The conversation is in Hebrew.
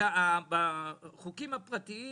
בחוקים הפרטיים